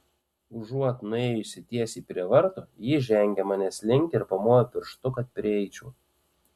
užuot nuėjusi tiesiai prie vartų ji žengė manęs link ir pamojo pirštu kad prieičiau